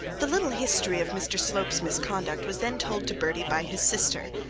the little history of mr slope's misconduct was then told to bertie by his sister,